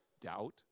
Doubt